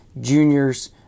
juniors